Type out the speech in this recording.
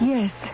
Yes